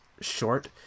short